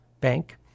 bank